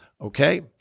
Okay